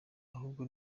ahubwo